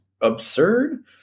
absurd